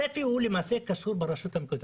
הצפי קשור ברשות המקומית.